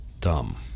dumb